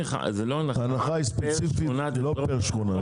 ההנחה היא ספציפית, לא פר שכונה.